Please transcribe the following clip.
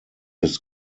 his